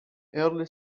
early